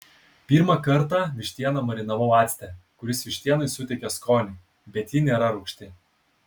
pirmą kartą vištieną marinavau acte kuris vištienai suteikia skonį bet ji nėra rūgšti